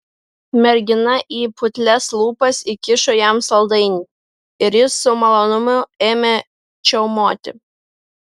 mergina į putlias lūpas įkišo jam saldainį ir jis su malonumu ėmė čiaumoti